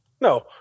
No